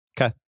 Okay